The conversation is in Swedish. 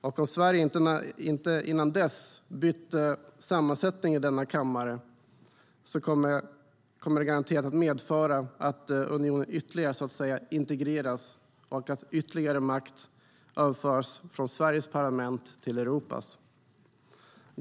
Om Sverige inte innan dess har bytt sammansättning i denna kammare kommer det garanterat att medföra att unionen ytterligare så att säga integreras och att ytterligare makt överförs från Sveriges parlament till Europas.